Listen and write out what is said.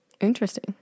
Interesting